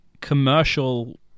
commercial